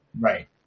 Right